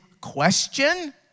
question